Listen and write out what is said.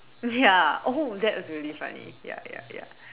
ya oh that was really funny ya ya ya